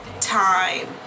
time